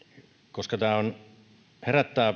koska tämä herättää